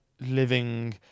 living